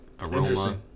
aroma